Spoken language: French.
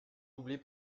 doublée